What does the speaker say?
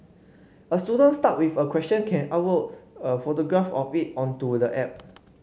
a student stuck with a question can upload a photograph of it onto the app